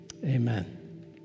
Amen